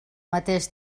mateix